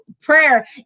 prayer